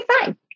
fine